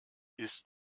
ist